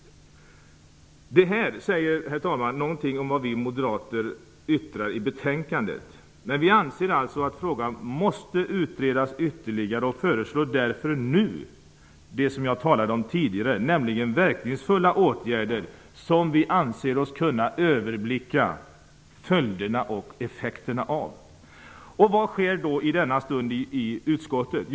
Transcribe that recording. Det här är något av vad vi moderater yttrar i betänkandet. Men vi anser alltså att frågan bör utredas ytterligare och föreslår därför nu de tidigare nämnda verkningsfulla åtgärder som vi anser oss kunna överblicka följderna och effekterna av. Vad sker då i utskottet?